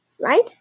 right